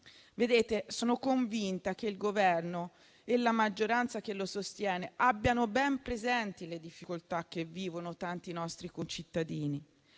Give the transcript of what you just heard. umano. Sono convinta che il Governo e la maggioranza che lo sostiene abbiano ben presenti le difficoltà che vivono tanti nostri concittadini.